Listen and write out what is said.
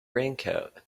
raincoat